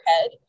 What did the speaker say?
head